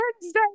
Wednesday